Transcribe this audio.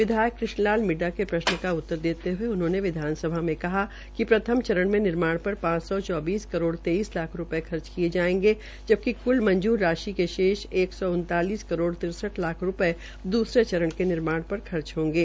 विधायक कृष्ण पाल मिड्डा के प्रश्न का उत्तर देते हये उन्होंने विधानसभा को कहा कि प्रथम चरण के निर्माण पर पांच सौ चौबीस करोड़ तेईस लाख रूपये खर्च किये जायेंगे जबकि क्ल मंजूर राशि के शेष एक सौ उनतालिस करोड़ तिरसठ लाख रूप्ये दूसरे चरण के निर्माण पर खर्च होंगे